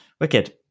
wicked